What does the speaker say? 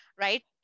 right